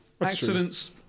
Accidents